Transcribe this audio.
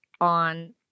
on